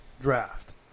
draft